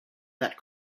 that